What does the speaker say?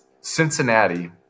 Cincinnati